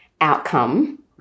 outcome